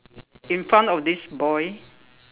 in front of this boy